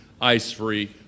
ice-free